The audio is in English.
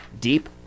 Deep